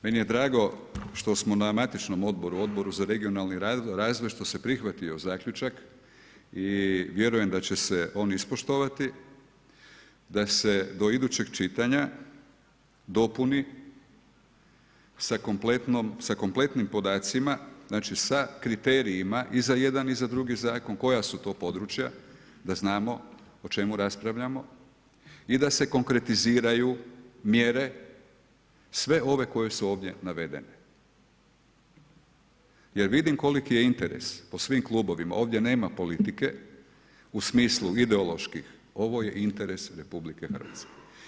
Meni je drago što smo na matičnom odboru, Odboru za regionalni razvoj, što se prihvatio zaključak i vjerujem da će se on ispoštovati, da se do idućeg čitanja dopuni sa kompletnim podacima, znači s kriterijima i za jedan i za drugi zakon koja su to područja da znamo o čemu raspravljamo i da se konkretiziraju mjere sve ove koje su ovdje navedene jer vidim koliki je interes po svim klubovima, ovdje nema politike u smislu ideoloških, ovo je interes RH.